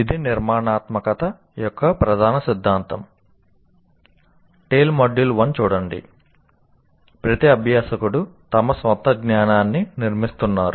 ఇది నిర్మాణాత్మకత యొక్క ప్రధాన సిద్ధాంతం ప్రతి అభ్యాసకుడు తన స్వంత జ్ఞానాన్ని నిర్మిస్తున్నారు